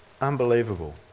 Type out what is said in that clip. unbelievable